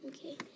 Okay